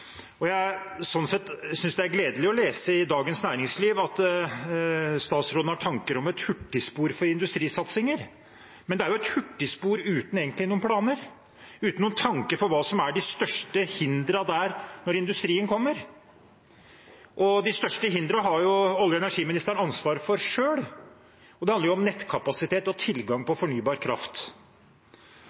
Sånn sett synes jeg det er gledelig å lese i Dagens Næringsliv at statsråden har tanker om et hurtigspor for industrisatsinger. Men det er jo et hurtigspor egentlig uten noen planer, uten noen tanker om hva som er de største hindrene når industrien kommer. Og de største hindrene har olje- og energiministeren ansvar for selv, og det handler om nettkapasitet og tilgang på fornybar kraft.